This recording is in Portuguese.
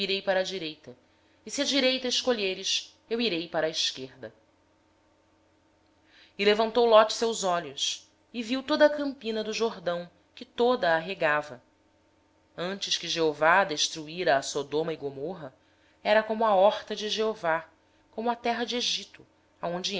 irei para a direita e se a direita escolheres irei eu para a esquerda então ló levantou os olhos e viu toda a planície do jordão que era toda bem regada antes de haver o senhor destruído sodoma e gomorra e era como o jardim do senhor como a terra do egito até